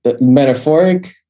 metaphoric